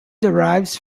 derives